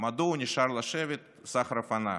מדוע הוא נשאר לשבת, סחרוב ענה: